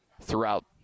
throughout